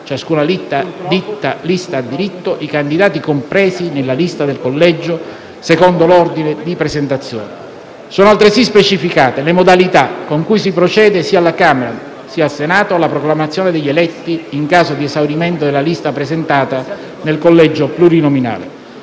ciascuna lista ha diritto, i candidati compresi nella lista del collegio, secondo l'ordine di presentazione. Sono altresì specificate le modalità con cui si procede, sia alla Camera sia al Senato, alla proclamazione degli eletti in caso di esaurimento della lista presentata nel collegio plurinominale.